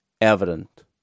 evident